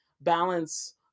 balance